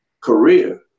career